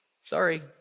Sorry